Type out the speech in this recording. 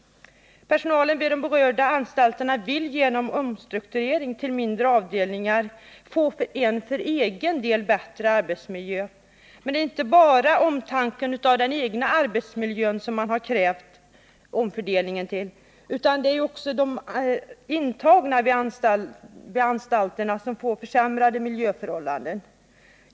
Personalen vid de berörda anstalterna vill genom omstruktureringen till mindre avdelningar få en bättre arbetsmiljö för egen del. Men det är inte bara av omtanke om sin egen arbetsmiljö som man har krävt denna omfördelning. Också de intagna vid anstalterna får därigenom förbättrade miljöförhållanden.